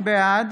בעד